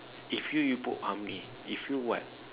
if you you put how many if you what